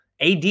AD